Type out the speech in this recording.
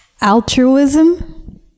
Altruism